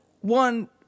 One